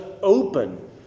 open